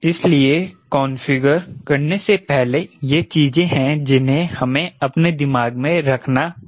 इसलिए कॉन्फ़िगर करने से पहले यह चीजें हैं जिन्हें हमें अपने दिमाग में रखना होगा